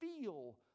feel